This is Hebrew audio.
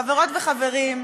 חברות וחברים,